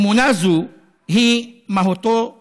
אמונה זו היא מהותו האנושית.